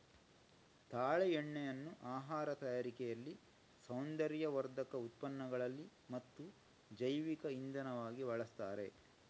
ತಾಳೆ ಎಣ್ಣೆಯನ್ನ ಆಹಾರ ತಯಾರಿಕೆಯಲ್ಲಿ, ಸೌಂದರ್ಯವರ್ಧಕ ಉತ್ಪನ್ನಗಳಲ್ಲಿ ಮತ್ತು ಜೈವಿಕ ಇಂಧನವಾಗಿ ಬಳಸ್ತಾರೆ